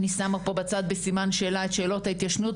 אני שמה בצד בסימן שאלה את שאלות ההתיישנות,